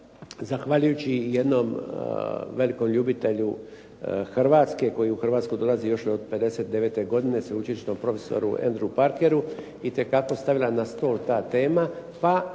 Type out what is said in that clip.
zahvaljujući jednom velikom ljubitelju Hrvatske koji u Hrvatsku dolazio još od '59. godine, sveučilišnom profesoru Andrew Parkeru itekako stavila na stol ta tema